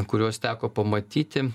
kuriuos teko pamatyti